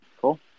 Cool